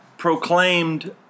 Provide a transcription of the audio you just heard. proclaimed